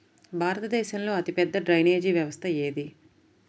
భారతదేశంలో అతిపెద్ద డ్రైనేజీ వ్యవస్థ ఏది?